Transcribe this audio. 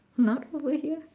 not over here